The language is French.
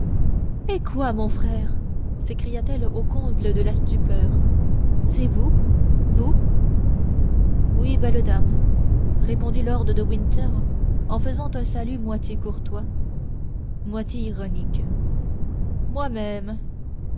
eh quoi mon frère s'écria-t-elle au comble de la stupeur c'est vous oui belle dame répondit lord de winter en faisant un salut moitié courtois moitié ironique moi-même